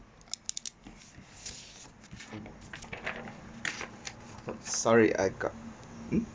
sorry I got um